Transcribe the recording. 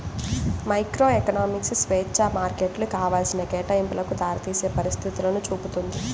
microeconomics స్వేచ్ఛా మార్కెట్లు కావాల్సిన కేటాయింపులకు దారితీసే పరిస్థితులను చూపుతుంది